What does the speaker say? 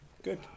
Good